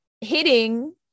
hitting